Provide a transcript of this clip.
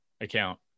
account